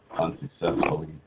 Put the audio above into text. unsuccessfully